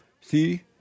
See